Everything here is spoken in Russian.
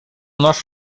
наш